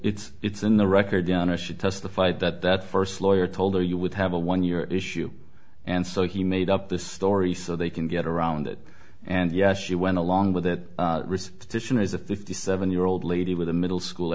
it's it's in the record down as she testified that that first lawyer told her you would have a one year issue and so he made up the story so they can get around it and yes she went along with that risk petition as a fifty seven year old lady with a middle school